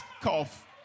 cough